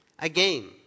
Again